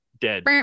dead